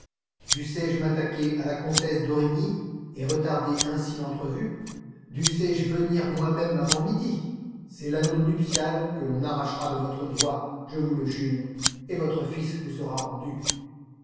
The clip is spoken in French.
dussé-je m'attaquer à la comtesse d'origny et retarder ainsi l'entrevue dussé-je venir moi-même avant midi c'est l'anneau nuptial que l'on arrachera de votre doigt je vous le jure et votre fils vous sera rendu